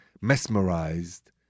mesmerized